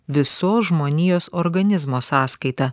visos žmonijos organizmo sąskaita